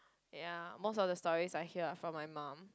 ya most of the stories I hear are from my mum